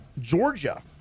Georgia